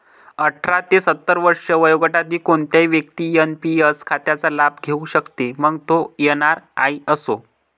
अठरा ते सत्तर वर्षे वयोगटातील कोणतीही व्यक्ती एन.पी.एस खात्याचा लाभ घेऊ शकते, मग तो एन.आर.आई असो